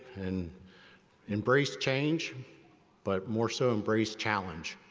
and embrace change but more so embrace challenge.